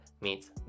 meets